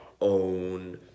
own